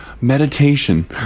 meditation